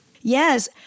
Yes